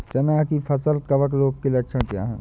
चना की फसल कवक रोग के लक्षण क्या है?